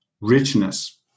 richness